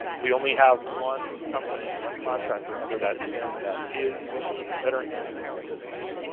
we only have one company, one contractor under that sin that is a veteran-owned small business.